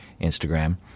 Instagram